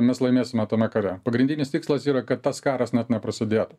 mes laimėsime tame kare pagrindinis tikslas yra kad tas karas net neprasidėtų